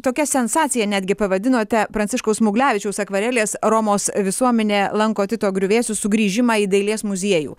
tokia sensacija netgi pavadinote pranciškaus smuglevičiaus akvarelės romos visuomenė lanko tito griuvėsių sugrįžimą į dailės muziejų